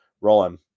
rolling